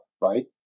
Right